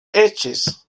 eches